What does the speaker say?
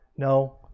no